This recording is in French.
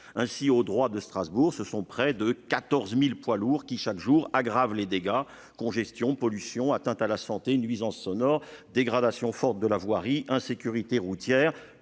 Ainsi, au droit de Strasbourg, ce sont près de 14 000 poids lourds qui aggravent chaque jour les dégâts : congestion, pollution, atteintes à la santé, nuisances sonores, dégradation forte de la voirie, insécurité routière,